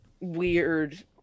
weird